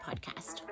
podcast